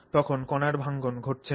তখন কণার ভাঙ্গন ঘটছে না